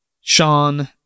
Sean